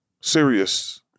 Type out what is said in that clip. Serious